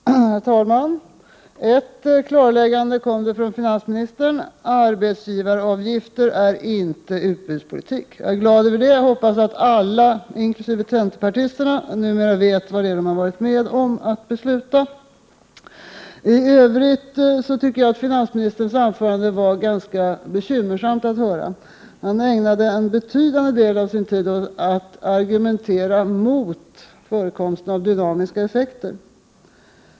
Herr talman! Det kom ett klarläggande från finansministern. Arbetsgivaravgifter är inte utbudspolitik. Jag är glad över det. Jag hoppas att alla, inkl. centerpartisterna, numera vet vad det är de har varit med om att besluta. I övrigt tycker jag att det kändes ganska bekymmersamt att höra på finansministerns anförande. Han ägnade en betydande del av sin tid åt att argumentera mot förekomsten av dynamiska effekter.